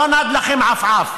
לא נד לכם עפעף: